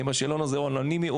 האם השאלון הזה אנונימי,